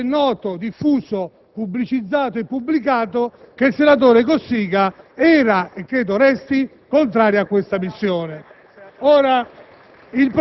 quando è noto, diffuso, pubblicizzato e pubblicato che il senatore Cossiga era - e credo resti - contrario a tale missione.